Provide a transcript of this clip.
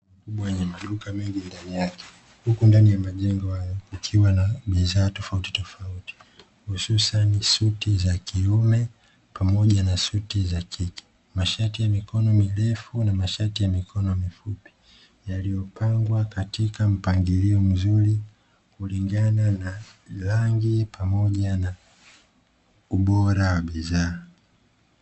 Mwenye maduka mengi ndani yake huku ndani ya majengo hayo ukiwa na bidhaa tofauti, hususani suti za kiume pamoja na suti za kike, mashati ya mikono mirefu na masharti ya mikono mifupi yaliyopangwa katika mpangilio mzuri kulingana na rangi pamoja na ubora wa bidhaa.